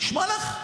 נשמע לך?